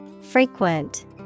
Frequent